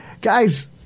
Guys